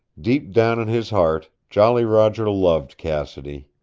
deep down in his heart jolly roger loved cassidy.